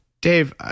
Dave